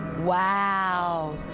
Wow